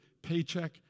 Paycheck